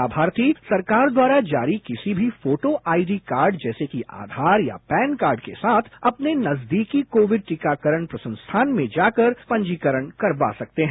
लाभार्थी सरकार द्वारा जारी किसी भी फोटो आई डी कार्ड जैसे कि आधार कार्ड या पैन कार्ड के साथ अपने नजदीकी टीकाकरण संस्थान में जाकर पंजीकरण करवा सकते हैं